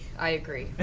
i agree.